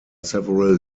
several